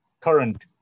current